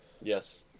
Yes